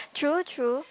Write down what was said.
true true